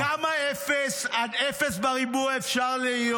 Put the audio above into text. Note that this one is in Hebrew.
כמה אפס עד אפס בריבוע אפשר להיות?